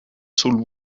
sul